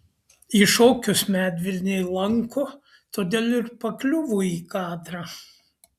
ji šokius medvilnėj lanko todėl ir pakliuvo į kadrą